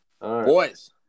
Boys